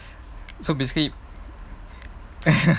so basically